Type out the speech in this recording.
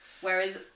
Whereas